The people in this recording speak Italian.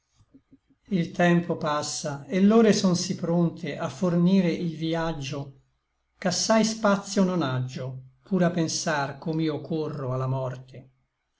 il tempo passa et l'ore son sí pronte a fornire il vïaggio ch'assai spacio non aggio pur a pensar com'io corro a la morte